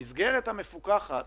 למסגרת המפוקחת